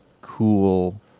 cool